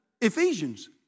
Ephesians